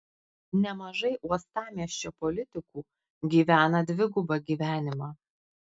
nemažai uostamiesčio politikų gyvena dvigubą gyvenimą